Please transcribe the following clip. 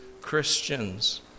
Christians